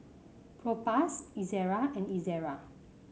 Propass Ezerra and Ezerra